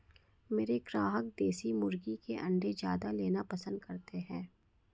मेरे ग्राहक देसी मुर्गी के अंडे ज्यादा लेना पसंद करते हैं